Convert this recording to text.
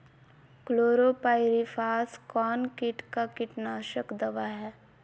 Chlorpyrifos कौन किट का कीटनाशक दवा है?